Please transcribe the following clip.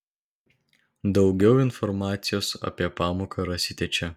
daugiau informacijos apie pamoką rasite čia